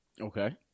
Okay